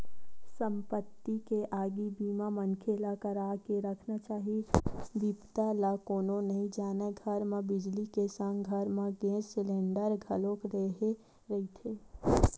संपत्ति के आगी बीमा मनखे ल करा के रखना चाही बिपदा ल कोनो नइ जानय घर म बिजली के संग घर म गेस सिलेंडर घलोक रेहे रहिथे